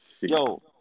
Yo